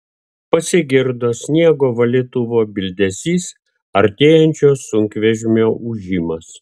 pasigirdo sniego valytuvo bildesys artėjančio sunkvežimio ūžimas